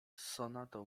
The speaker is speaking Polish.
sonatą